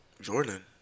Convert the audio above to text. Jordan